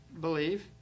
believe